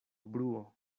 bruo